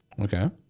Okay